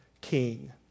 king